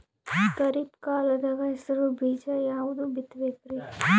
ಖರೀಪ್ ಕಾಲದಾಗ ಹೆಸರು ಬೀಜ ಯಾವದು ಬಿತ್ ಬೇಕರಿ?